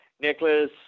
Nicholas